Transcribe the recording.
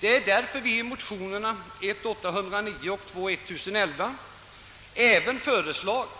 Det är därför vi i motionerna I: 809 och II: 1011 även föreslagit